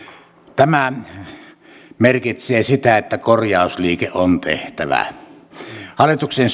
tämä merkitsee sitä että korjausliike on tehtävä hallituksen